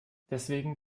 deswegen